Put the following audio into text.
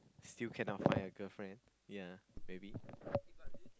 still cannot find a girlfriend ya maybe